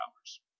hours